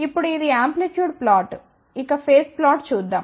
ఇప్పుడు ఇది amplitude plot ఇక ఫేస్ ప్లాట్ చూద్దాం